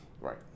Right